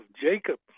Jacob